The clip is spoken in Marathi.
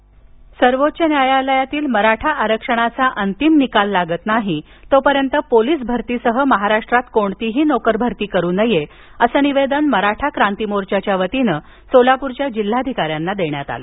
न्यायालय सर्वोच्च न्यायालयातील मराठा आरक्षणाचा अंतिम निकाल लागत नाही तोपर्यंत पोलीस भरतीसह महाराष्ट्रात कोणतीही नोकर भरती करू नये असे निवेदन मराठा क्रांती मोर्चाच्या वतीने सोलापूरच्या जिल्हाधिकारी यांना देण्यात आलं